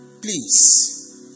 Please